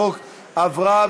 לוועדת החוקה,